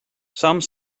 some